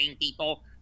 people